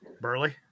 Burley